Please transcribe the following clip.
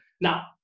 Now